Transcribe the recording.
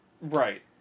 Right